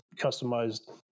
customized